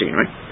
right